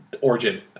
origin